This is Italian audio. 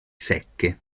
secche